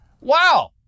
wow